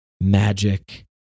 magic